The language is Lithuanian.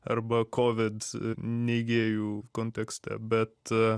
arba kovid neigėjų kontekste bet